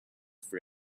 for